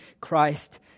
Christ